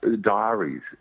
diaries